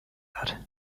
that